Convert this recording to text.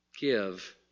Give